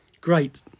Great